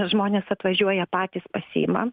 žmonės atvažiuoja patys pasiima